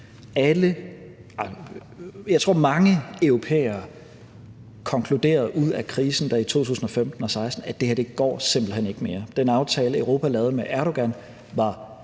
mange europæere konkluderede ud fra krisen i 2015 og 2016, at det her går simpelt hen ikke mere. Den aftale, Europa lavede med Erdogan, var